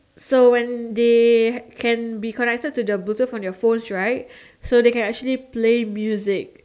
so when they can be connected to the Bluetooth on their phones right so they can actually play music